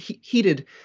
heated